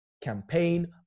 campaign